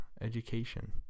education